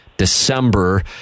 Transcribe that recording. December